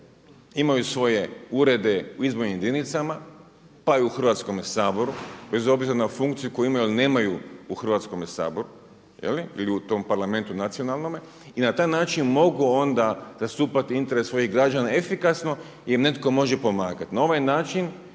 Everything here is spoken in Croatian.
imaju svoje urede u izbornim jedinicama pa i u Hrvatskome saboru bez obzira na funkciju koju imaju ali nemaju u Hrvatskome saboru jeli ili u parlamentu nacionalnome i na taj način mogu onda zastupati interes svojih građana efikasno i netko može pomagati. Na ovaj način